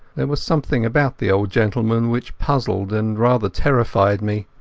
there was something about the old gentleman which puzzled and rather terrified me.